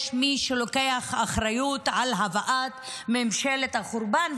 יש מי שלוקח אחריות על הבאת ממשלת החורבן,